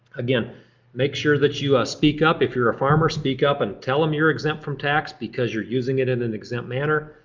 make sure that you ah speak up. if you're a farmer speak up and tell them you're exempt from tax because you're using it in an exempt manner.